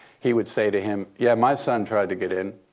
he would say to him, yeah, my son tried to get in.